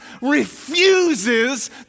refuses